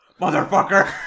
Motherfucker